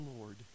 Lord